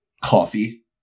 coffee